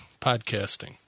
podcasting